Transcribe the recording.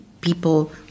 people